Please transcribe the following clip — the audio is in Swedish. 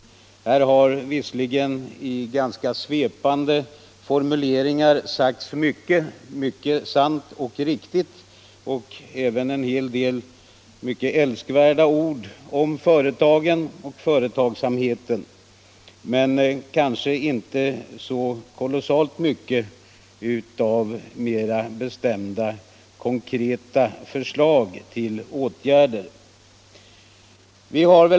Det har visserligen i ganska svepande formuleringar sagts mycket som är riktigt och även fällts en hel del mycket älskvärda ord om företagen och företagsamheten men kanske inte fram Allmänpolitisk debatt Allmänpolitisk debatt förts så mycket av konkreta förslag.